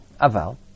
Aval